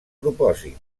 propòsit